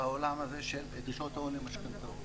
בעולם הזה של דרישות ההון למשכנתאות.